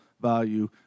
value